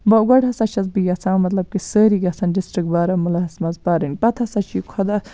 گۄڈٕ ہَسا چھَس بہٕ یَژھان کہِ سٲری گَژھَن ڈِسٹرک بارہمولاہَس مَنٛز پَرٕنۍ پَتہٕ ہَسا چھُ یہِ خۄدا